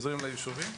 חוזרים ליישובים,